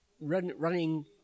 running